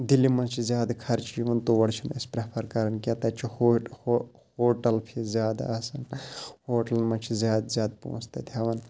دِلہِ منٛز چھِ زیادٕ خرچہٕ یِوان تور چھِنہٕ اَسہِ پرٛٮ۪فَر کَران کیٚنٛہہ تَتہِ چھِ ہو ہوٹَل فیٖس زیادٕ آسان ہوٹَلَن منٛز چھِ زیادٕ زیادٕ پۄنٛسہٕ تَتہِ ہٮ۪وان